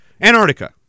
Antarctica